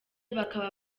bakaba